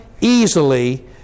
easily